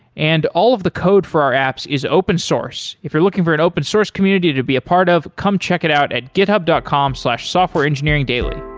and all of the code for our apps is open source. if you're looking for an open source community to be a part of, come check it out at github dot com softwareengineeringdaily